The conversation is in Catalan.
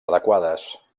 adequades